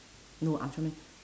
no ultraman